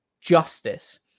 justice